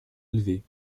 élevée